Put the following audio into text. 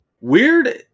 Weird